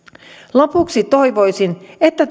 lopuksi toivoisin että